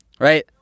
Right